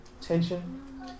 tension